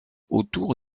autour